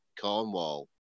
Cornwall